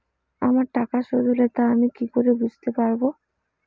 আমার টাকা শোধ হলে তা আমি কি করে বুঝতে পা?